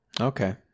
Okay